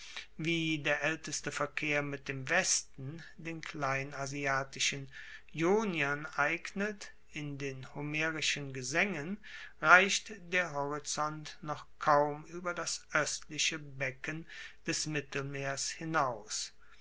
wie der aelteste verkehr mit dem westen den kleinasiatischen ioniern eignet in den homerischen gesaengen reicht der horizont noch kaum ueber das oestliche becken des mittelmeers hinaus